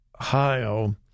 Ohio